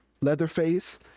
leatherface